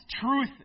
truth